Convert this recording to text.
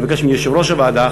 אני מבקש מיושב-ראש הוועדה,